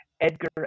Edgar